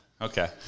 Okay